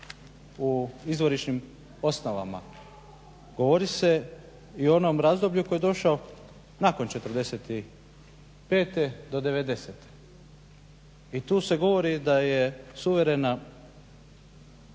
u izvorišnim osnovama govori se i o onom razdoblju koji je došao nakon '45.do '90.-te i tu se govori da je suverena Hrvatska